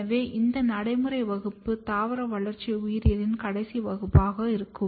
எனவே இந்த நடைமுறை வகுப்பு தாவர வளர்ச்சி உயிரியலின் கடைசி வகுப்பாக இருக்கும்